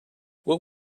what